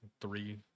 three